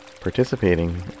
participating